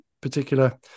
particular